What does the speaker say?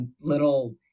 little